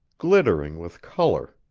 glittering with color.